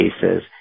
cases